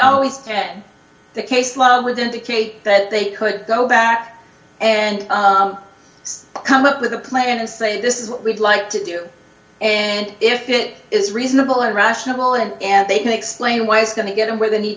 threaten the case love with indicate that they could go back and say come up with a plan and say this is what we'd like to do and if it is reasonable and rational and they can explain why it's going to get them where they need